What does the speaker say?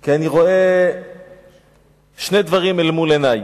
כי אני רואה שני דברים אל מול עיני.